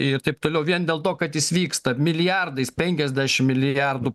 ir taip toliau vien dėl to kad jis vyksta milijardais penkiasdešim milijardų